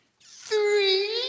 three